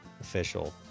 official